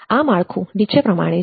આ માળખું નીચે પ્રમાણે છે